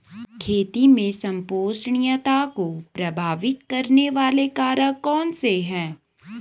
खेती में संपोषणीयता को प्रभावित करने वाले कारक कौन से हैं?